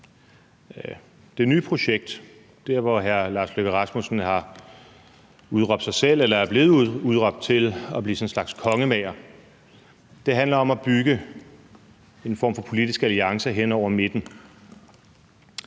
Det nye projekt, hvor hr. Lars Løkke Rasmussen har udråbt sig selv eller er blevet udråbt til at blive sådan en slags kongemager, handler om at bygge en form for politisk alliance hen over midten.